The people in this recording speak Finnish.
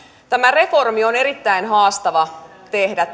tämä reformi on erittäin haastava tehdä